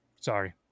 Sorry